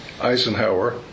Eisenhower